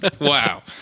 Wow